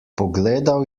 pogledal